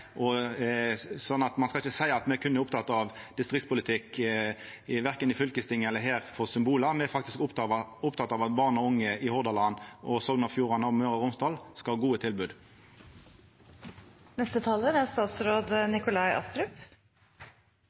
ein skal ikkje seia at me berre er opptekne av distriktspolitikk for symbola, verken i fylkestinget eller her, me er faktisk opptekne av at barn og unge i Hordaland, Sogn og Fjordane og Møre og Romsdal skal ha gode